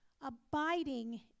abiding